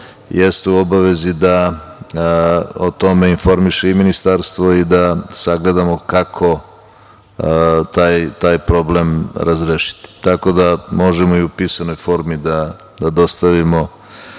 jeste u obavezi da o tome informiše i Ministarstvo i da sagledamo kako taj problem razrešiti. Tako da možemo i u pisanoj formi da dostavimo